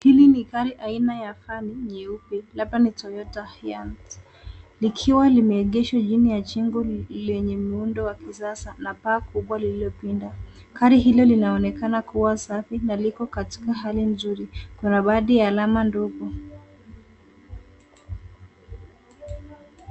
Hili ni gari aina ya vani nyeupe labda ni toyota viennt likiwa limeegeshwa chini ya jengo lenye lenye muundo wa kisasa na paa kubwa lililopinda. Gari hilo linaonekana kuwa safi na liko katika hali nzuri. Kuna baadhi ya alama ndogo.